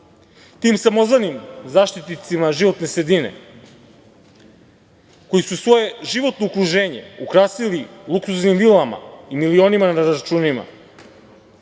tim samozvanim zaštitnicima životne sredine koji su svoje životno okruženje ukrasili luksuznim vilama i milionima na računima,